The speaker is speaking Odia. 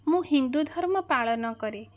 ମୁଁ ହିନ୍ଦୁ ଧର୍ମ ପାଳନ କରେ